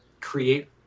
create